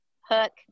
hook